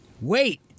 wait